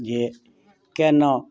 जे कयलहुँ